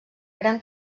gran